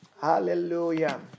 Hallelujah